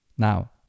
Now